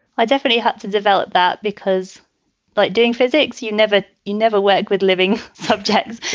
i definitely had to develop that because like doing physics, you never you never work with living subjects.